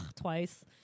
twice